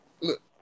look